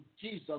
Jesus